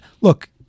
look